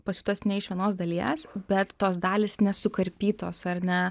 pasiūtas ne iš vienos dalies bet tos dalys nesukarpytos ar ne